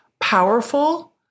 powerful